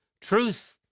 truth